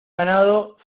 ganado